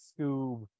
Scoob